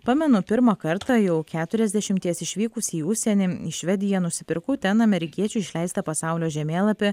pamenu pirmą kartą jau keturiasdešimties išvykusi į užsienį į švediją nusipirkau ten amerikiečių išleistą pasaulio žemėlapį